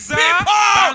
people